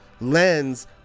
lens